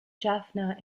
jaffna